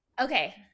Okay